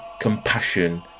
compassion